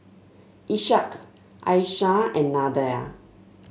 Ishak Aishah and Nadia